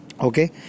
okay